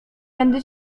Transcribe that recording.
będę